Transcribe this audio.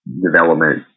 development